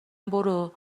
برو